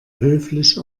höflich